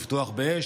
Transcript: לפתוח באש,